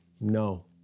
No